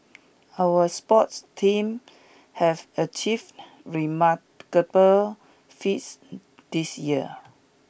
our sports teams have achieved remarkable feats this year